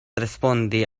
respondi